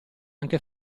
anche